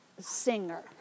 Singer